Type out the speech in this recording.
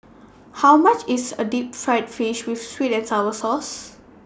How much IS A Deep Fried Fish with Sweet and Sour Sauce